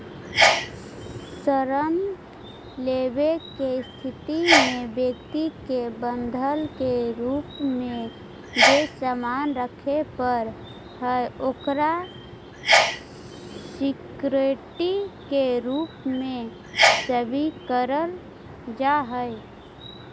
ऋण लेवे के स्थिति में व्यक्ति के बंधक के रूप में जे सामान रखे पड़ऽ हइ ओकरा सिक्योरिटी के रूप में स्वीकारल जा हइ